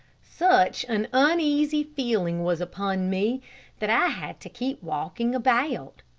such an uneasy feeling was upon me that i had to keep walking about.